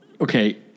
okay